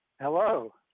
Hello